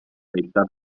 meitat